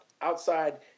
outside